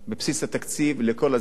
בבסיס התקציב, לכל הזמן.